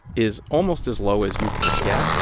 is almost as low as you can get.